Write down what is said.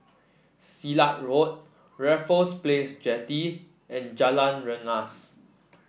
Silat Road Raffles Place Jetty and Jalan Rengas